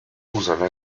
usano